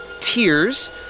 tears